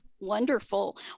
Wonderful